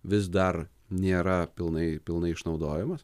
vis dar nėra pilnai pilnai išnaudojamas